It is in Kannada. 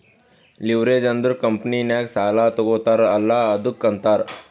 ಲಿವ್ರೇಜ್ ಅಂದುರ್ ಕಂಪನಿನಾಗ್ ಸಾಲಾ ತಗೋತಾರ್ ಅಲ್ಲಾ ಅದ್ದುಕ ಅಂತಾರ್